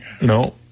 No